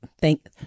Thank